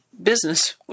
business